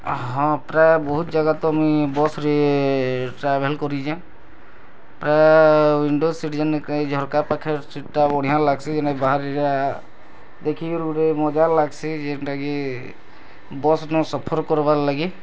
ହଁ ପ୍ରାୟ ବହୁତ ଜାଗା ତ ମୁଇଁ ବସ୍ରେ ଟ୍ରାଭେଲ୍ କରିଛେଁ ପ୍ରାୟ ଉଇଣ୍ଡୋ ସିଟ୍ ଯେନ୍ କି ଝରକା ପାଖରେ ସିଟ୍ଟା ବଢ଼ିଆ ଲାଗ୍ସି କି ନାଇ ବାହାରେଟା ଦେଖିକିରି ଗୁଟେ ମଜା ଲାଗ୍ସି ଯେଣ୍ଟାକି ବସ୍ନୁ ସଫର୍ କରବାର୍ ଲାଗି